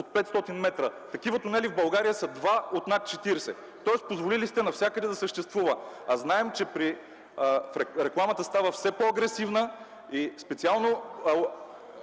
от 500 м. Такива тунели в България са два от над 40. Тоест позволили сте навсякъде да съществува, а знаем, че рекламата става все по-агресивна. Специално